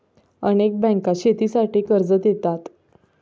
अनेक बँका शेतीसाठी कर्ज देतात